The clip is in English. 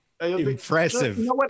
Impressive